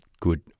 good